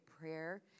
prayer